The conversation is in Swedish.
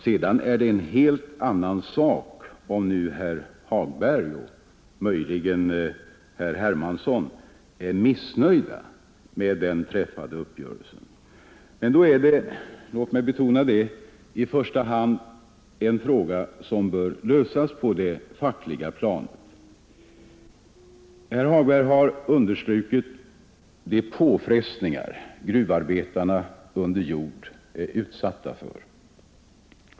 Sedan är det en helt annan sak om herr Hagberg och herr Hermansson är missnöjda med den träffade uppgörelsen. Då är det — låt mig betona det — en fråga som i första hand bör lösas på det fackliga planet. Herr Hagberg har framhållit de påfrestningar som gruvarbetarna under jord är utsatta för.